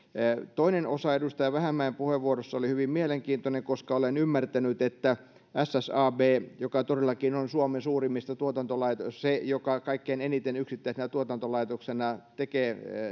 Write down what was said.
toinen osa edustaja vähämäen puheenvuorossa oli hyvin mielenkiintoinen koska olen ymmärtänyt että ssab joka todellakin on suomen suurimmista tuotantolaitoksista se joka kaikkein eniten yksittäisenä tuotantolaitoksena tekee